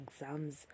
exams